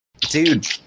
Dude